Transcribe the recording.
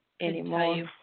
anymore